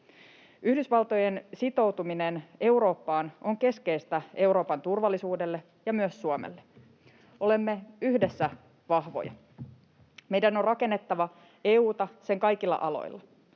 Yhdysvaltojen sitoutuminen Eurooppaan on keskeistä Euroopan turvallisuudelle ja myös Suomelle. Olemme yhdessä vahvoja. Meidän on rakennettava EU:ta sen kaikilla aloilla.